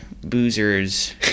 Boozers